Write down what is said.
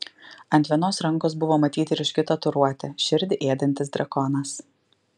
ant vienos rankos buvo matyti ryški tatuiruotė širdį ėdantis drakonas